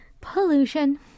Pollution